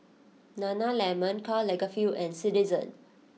Nana Lemon Karl Lagerfeld and Citizen